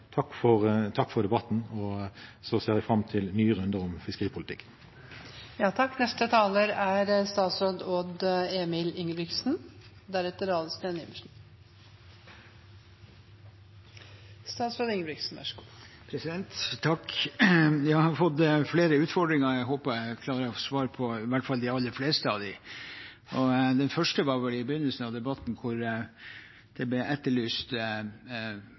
takk for debatten og ser fram til nye runder om fiskeripolitikken. Jeg har fått flere utfordringer. Jeg håper jeg klarer å svare på i hvert fall de aller fleste av dem. Den første kom vel i begynnelsen av debatten, hvor ansvaret for farskapet til kvotemeldingen ble etterlyst,